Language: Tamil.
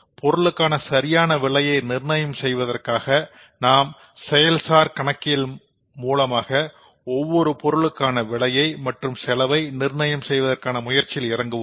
பொருளுக்கான சரியான விலையை நிர்ணயம் செய்வதற்காக நாம் செயல்சார்செலவு கணக்கியல் மூலமாக ஒவ்வொரு பொருளுக்கான விலையை மற்றும் செலவை நிர்ணயம் செய்வதற்கான முயற்சியில் இறங்குவோம்